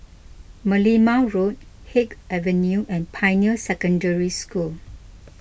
Merlimau Road Haig Avenue and Pioneer Secondary School